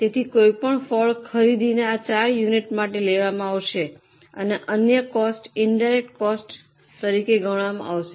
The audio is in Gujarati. તેથી કોઈપણ ફળ ખરીદી આ ચાર યુનિટ માટે લેવામાં આવશે અને અન્ય કોસ્ટ ઇનડાયરેક્ટ કોસ્ટ તરીકે ગણવામાં આવશે